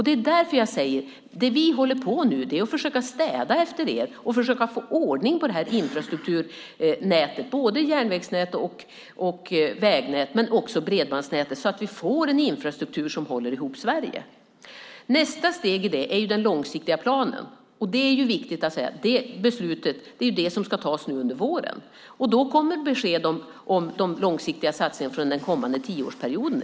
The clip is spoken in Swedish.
Därför säger jag att det vi nu håller på med är att försöka städa efter er och få ordning på infrastrukturnätet - både järnvägsnätet, vägnätet och bredbandsnätet - så att vi får en infrastruktur som håller ihop Sverige. Nästa steg är den långsiktiga planen. Det beslutet ska tas nu under våren. Då kommer besked om de långsiktiga satsningarna för den kommande tioårsperioden.